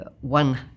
one